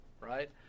right